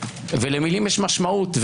ולמילים יש משמעות.